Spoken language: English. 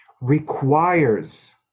requires